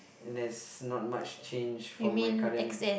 there's not much change from my current